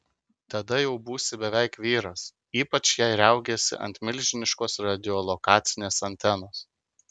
tada jau būsi beveik vyras ypač jei riaugėsi ant milžiniškos radiolokacinės antenos